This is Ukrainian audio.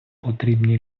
потрібні